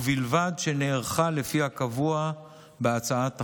ובלבד שנערכה לפי הקבוע בהצעת החוק.